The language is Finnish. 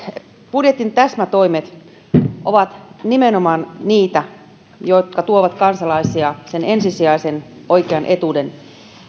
budjetin täsmätoimet ovat nimenomaan niitä jotka tuovat kansalaisia ensisijaisen oikean etuuden